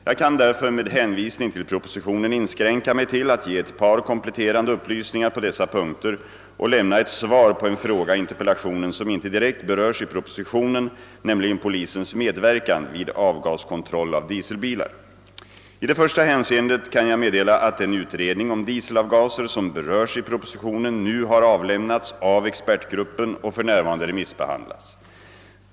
Jag kan därför med hänvisning till propositionen inskränka mig till att ge ett par kompletterande upplysningar på dessa punkter och lämna ett svar på en fråga i interpellationen som inte direkt berörs i propositionen, nämligen polisens medverkan vid avgaskontroll av dieselbilar. I det första hänseendet kan jag meddela, att den utredning om dieselavgaser som berörs i propositionen nu har avlämnats av expertgruppen och för närvarande remissbehandlas.